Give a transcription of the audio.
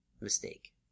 mistake